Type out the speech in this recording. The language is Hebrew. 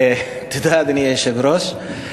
תודה, אדוני היושב-ראש.